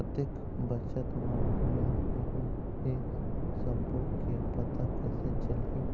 कतेक बचत मा मिल पाही ये सब्बो के पता कैसे चलही?